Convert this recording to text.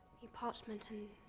new parchment and.